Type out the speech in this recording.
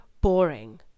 boring